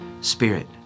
spirit